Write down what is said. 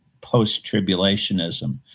post-tribulationism